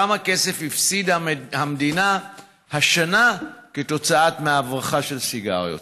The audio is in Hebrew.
כמה כסף הפסידה המדינה השנה כתוצאה מהברחה של סיגריות?